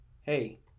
hey